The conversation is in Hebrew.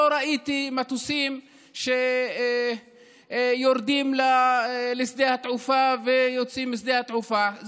לא ראיתי מטוסים שיורדים לשדה התעופה ויוצאים משדה התעופה,